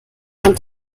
von